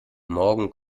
morgen